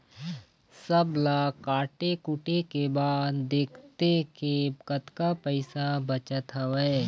सब ल काटे कुटे के बाद देखथे के कतका पइसा बचत हवय